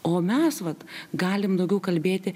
o mes vat galim daugiau kalbėti